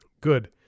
Good